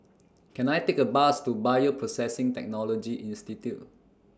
Can I Take A Bus to Bioprocessing Technology Institute